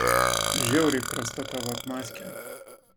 žiauriai prasta tavo atmazkė